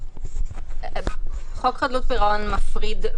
חוק חדלות פירעון מפריד.